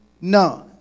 none